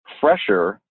fresher